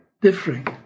differing